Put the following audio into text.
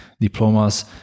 diplomas